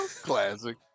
Classic